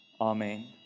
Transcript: amen